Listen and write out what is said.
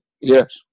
Yes